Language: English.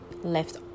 left